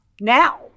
now